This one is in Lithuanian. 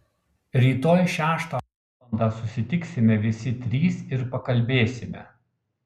rytoj šeštą valandą susitiksime visi trys ir pakalbėsime